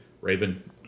Raven